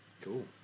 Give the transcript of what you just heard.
Cool